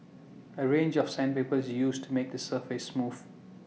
A range of sandpaper is used to make the surface smooth